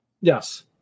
Yes